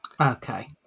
Okay